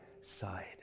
side